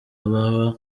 baba